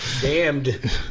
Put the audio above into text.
Damned